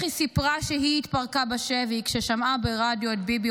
איך היא סיפרה שהיא התפרקה בשבי כששמעה ברדיו את ביבי